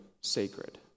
sacred